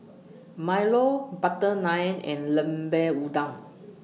Milo Butter Naan and Lemper Udang